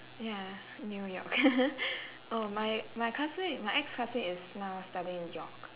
ya new york oh my my classmate my ex-classmate is now studying in york